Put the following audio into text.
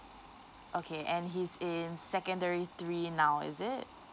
okay and he's in secondary three now is it